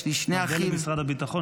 יש לי שני אחים --- נודה למשרד הביטחון,